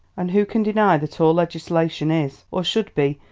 and who can deny that all legislation is, or should be,